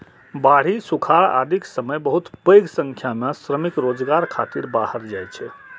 बाढ़ि, सुखाड़ आदिक समय बहुत पैघ संख्या मे श्रमिक रोजगार खातिर बाहर जाइ छै